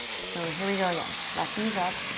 so, here we go again. left knee is up.